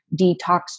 detox